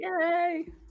Yay